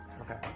Okay